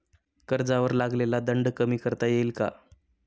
कर्जावर लागलेला दंड कमी करता येईल का?